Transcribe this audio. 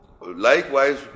Likewise